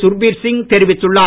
சுர்பீர் சிங் தெரிவித்துள்ளார்